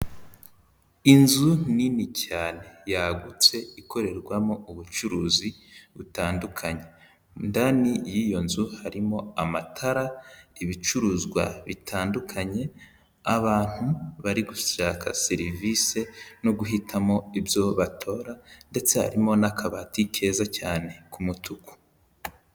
Inzu nini cyane yagutse ikorerwamo ubucuruzi butandukanye, ndani y'iyo nzu harimo amatara, ibicuruzwa bitandukanye, abantu bari gushaka serivise no guhitamo ibyo batora ndetse harimo n'akabati keza cyane ku mutuku.